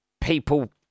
people